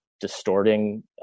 distorting